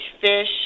fish